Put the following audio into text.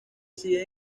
siguen